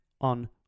on